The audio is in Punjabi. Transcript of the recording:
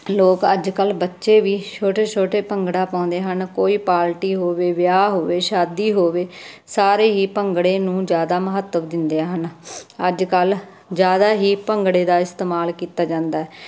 ਲੋਕ ਅੱਜ ਕੱਲ੍ਹ ਬੱਚੇ ਵੀ ਛੋਟੇ ਛੋਟੇ ਭੰਗੜਾ ਪਾਉਂਦੇ ਹਨ ਕੋਈ ਪਾਰਟੀ ਹੋਵੇ ਵਿਆਹ ਹੋਵੇ ਸ਼ਾਦੀ ਹੋਵੇ ਸਾਰੇ ਹੀ ਭੰਗੜੇ ਨੂੰ ਜ਼ਿਆਦਾ ਮਹੱਤਵ ਦਿੰਦੇ ਹਨ ਅੱਜ ਕੱਲ੍ਹ ਜ਼ਿਆਦਾ ਹੀ ਭੰਗੜੇ ਦਾ ਇਸਤੇਮਾਲ ਕੀਤਾ ਜਾਂਦਾ